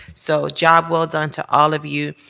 so job well done to all of you,